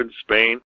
Spain